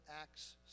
Acts